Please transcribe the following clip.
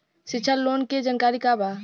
शिक्षा लोन के जानकारी का बा?